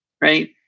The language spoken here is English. right